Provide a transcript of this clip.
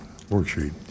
worksheet